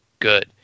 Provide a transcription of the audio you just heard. good